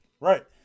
right